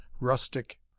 rustic